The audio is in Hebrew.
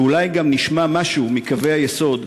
ואולי גם נשמע משהו מקווי היסוד,